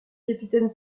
capitaine